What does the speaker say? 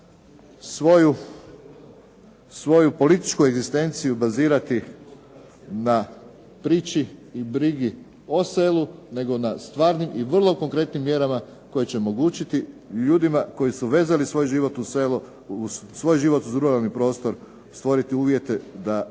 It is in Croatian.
svoju političku egzistenciju bazirati na priči i brigi o selu nego na stvarnim i vrlo konkretnim mjerama koje ćemo omogućiti ljudima koji su vezali svoj život uz ruralni prostor, stvoriti uvjete da